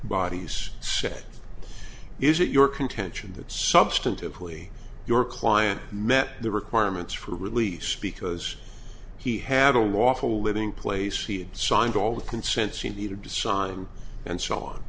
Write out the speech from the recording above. said is it your contention that substantively your client met the requirements for release because he had a lawful living place he signed all the consensus you needed to sign and so on